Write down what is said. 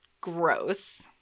gross